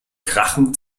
krachend